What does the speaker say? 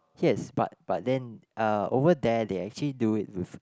yes but but then uh over there they actually do it with